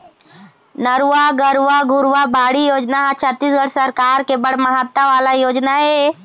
नरूवा, गरूवा, घुरूवा, बाड़ी योजना ह छत्तीसगढ़ सरकार के बड़ महत्ता वाले योजना ऐ